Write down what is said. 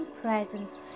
presence